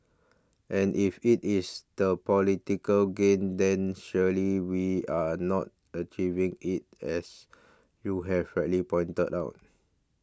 and if it is the political gain then surely we are not achieving it as you have rightly pointed out